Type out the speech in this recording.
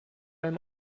allem